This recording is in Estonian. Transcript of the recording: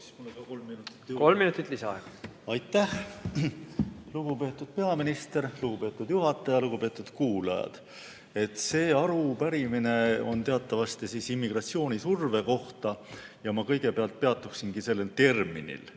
Kolm minutit lisaaega. Aitäh! Lugupeetud peaminister! Lugupeetud juhataja! Lugupeetud kuulajad! See arupärimine on teatavasti immigratsioonisurve kohta ja ma kõigepealt peatuksingi sellel terminil.